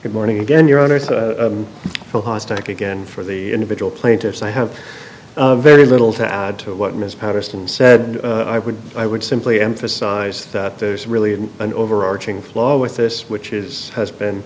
good morning again your honor for hostile act again for the individual plaintiffs i have very little to add to what ms patterson said i would i would simply emphasize that there's really an overarching flaw with this which is has been